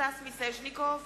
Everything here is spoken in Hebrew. סטס מיסז'ניקוב,